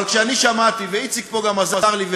אבל כשאני שמעתי, ואיציק פה עזר לי,